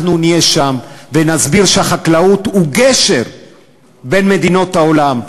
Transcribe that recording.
אנחנו נהיה שם ונסביר שהחקלאות היא גשר בין מדינות העולם.